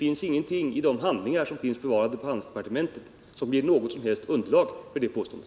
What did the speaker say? Ingenting i de handlingar som finns bevarade på handelsdepartementet ger något som helst underlag för det påståendet.